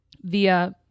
via